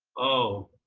oh,